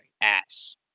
ass